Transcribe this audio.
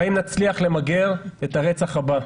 האם נצליח למגר את הרצח הבא.